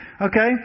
okay